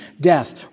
death